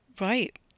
Right